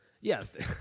Yes